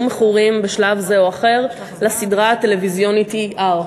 מכורים בשלב זה או אחר לסדרה הטלוויזיונית "ER",